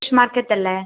fish market അല്ലേ